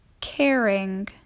Caring